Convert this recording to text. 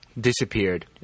disappeared